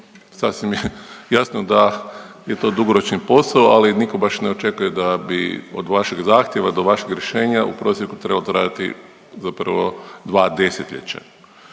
Sasvim je jasno da je to dugoročni posao ali nitko baš ne očekuje da bi od vašeg zahtjeva do vašeg rješenja u prosjeku trebalo to trajati zapravo dva desetljeća.